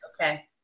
Okay